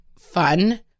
fun